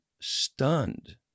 stunned